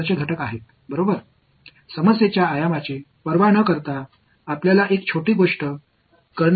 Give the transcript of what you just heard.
vector கூறுகள் இந்த வால்யூம்களால் இங்கே கொடுக்கப்படுகின்றன அவை இந்த வெக்டர் களின் கூறுகள்